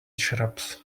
shrubs